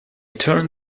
turn